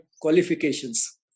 qualifications